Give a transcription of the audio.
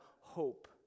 hope